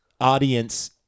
audience